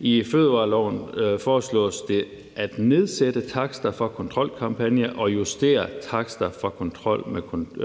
I fødevareloven foreslås det at nedsætte takster for kontrolkampagner og justere takster for kontrol